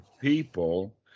people